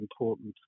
important